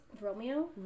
Romeo